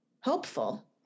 hopeful